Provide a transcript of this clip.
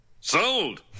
Sold